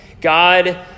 God